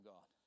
God